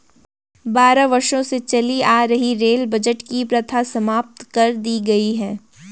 बारह वर्षों से चली आ रही रेल बजट की प्रथा समाप्त कर दी गयी